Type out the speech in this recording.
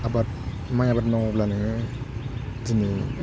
आबाद माइ आबाद मावोब्ला नोङो दिनै